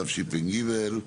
התשפ"ג-2023,